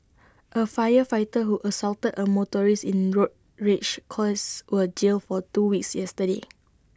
A firefighter who assaulted A motorist in road rage cause was jailed for two weeks yesterday